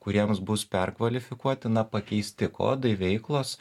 kuriems bus perkvalifikuoti na pakeisti kodai veiklos